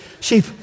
sheep